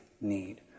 need